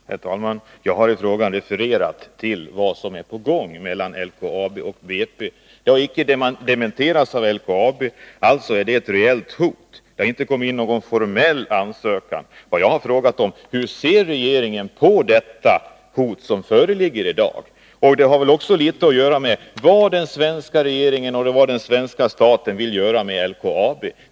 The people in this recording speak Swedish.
Herr talman! Jag har i frågan refererat till vad som är på gång mellan LKAB och BP. Det har inte dementerats av LKAB. Alltså är det ett reellt hot. Det har inte kommit in någon formell ansökan. Men jag har frågat om hur regeringen ser på det hot som föreligger i dag. Det har också litet att göra med vad den svenska regeringen och den svenska staten vill göra med LKAB.